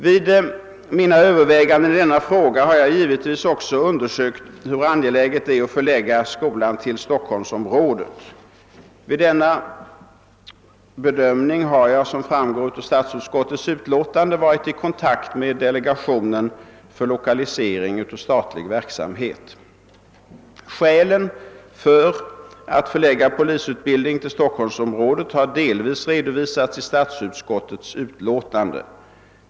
Vid mina överväganden i denna fråga har jag också undersökt hur angeläget det är att förlägga skolan till Stockholmsområdet. Vid denna bedömning har jag — som framgår av statsutskottets utlåtande — varit i kontakt med delegationen för lokalisering av statlig verksamhet. Skälen för att förlägga polisutbildningen till Stockholmsområdet har delvis redovisats i statsutskottets utlåtande.